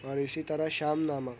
اور اسی طرح شام نامہ